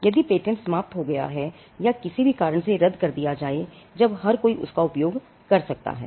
यदि पेटेंट समाप्त हो गया है या किसी भी कारण से रद्द कर दिया जाए जब हर कोई उसका उपयोग कर सकता है